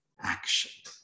action